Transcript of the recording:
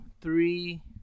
three